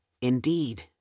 indeed